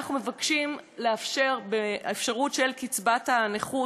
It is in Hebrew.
ואנחנו מבקשים לאפשר, באפשרות של קצבת הנכות,